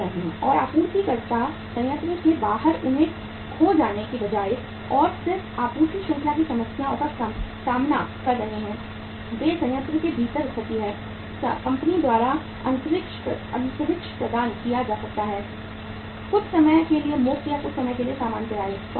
और आपूर्तिकर्ता संयंत्र के बाहर उन्हें खोजने के बजाय और फिर आपूर्ति श्रृंखला की समस्याओं का सामना कर रहे हैं वे संयंत्र के भीतर स्थित हैं कंपनी द्वारा अंतरिक्ष प्रदान किया जाता है कुछ समय के लिए मुफ्त या कुछ समय पर सामान्य किराए पर लेना